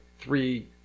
three